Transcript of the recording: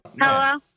Hello